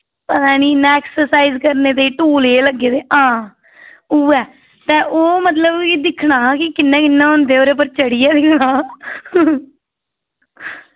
पता नी इ'य्यां एक्सरसाइज करने ताईं टूल जेह् लग्गे दे हां उऐ ते ओह् मतलब कि दिक्खना हा कि कि'यां कि'यां होंदे ओह्दे उप्पर चढ़ियै दिक्खना हा